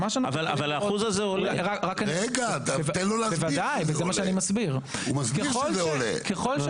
אגב עוד שאלה שאני רוצה להבין על הנתונים: גם אם